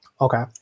Okay